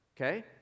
okay